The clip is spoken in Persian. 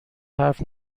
حرف